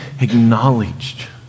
acknowledged